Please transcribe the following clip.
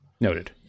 Noted